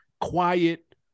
quiet